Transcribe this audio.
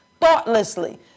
Thoughtlessly